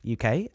UK